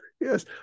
yes